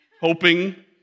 hoping